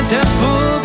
Temple